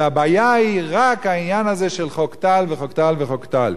לכן אין לומר שהבעיה היא רק העניין הזה של חוק טל וחוק טל וחוק טל.